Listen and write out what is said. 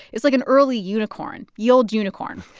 it's like an early unicorn ye olde unicorn.